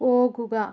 പോകുക